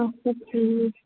اَچھا ٹھیٖک